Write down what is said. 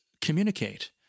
communicate